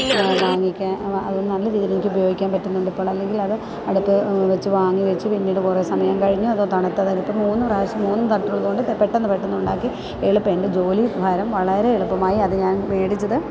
വാങ്ങിക്കാൻ അതു നല്ല രീതിയിൽ എനിക്ക് ഉപയോഗിക്കാൻ പറ്റുന്നുണ്ട് ഇപ്പോൾ അല്ലെങ്കിൽ അത് അടുപ്പില്വച്ചു വാങ്ങി വച്ചു പിന്നീട് കുറേ സമയം കഴിഞ്ഞ് അതോ തണുത്തത് ഇപ്പോള് മൂന്നു പ്രാവശ്യം മൂന്നും തട്ടുള്ളതുകൊണ്ട് പെട്ടെന്നുപെട്ടെന്ന് ഉണ്ടാക്കി എളുപ്പമെന്റെ ജോലി ഭാരം വളരെ എളുപ്പമായി അതു ഞാൻ വാങ്ങിയത്